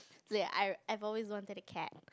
ya I I always wanted a cat